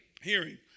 Hearing